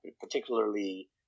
particularly